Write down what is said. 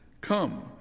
Come